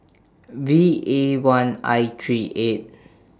V A one I three eight